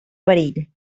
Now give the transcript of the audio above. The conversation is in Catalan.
perill